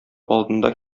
алдында